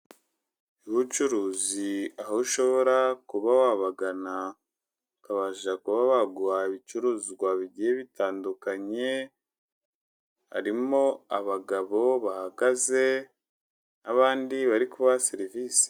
Ubucuruzi aho ushobora kuba wabagana ukabasha kuba baguhaye ibicuruzwa bigiye bitandukanye, harimo abagabo bahagaze abandi bari kubaha serivisi.